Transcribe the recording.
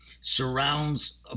surrounds